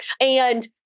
And-